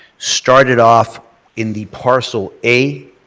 started off in the parcel a,